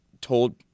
told